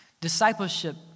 Discipleship